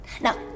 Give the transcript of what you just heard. Now